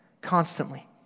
constantly